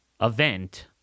event